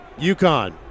UConn